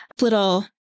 little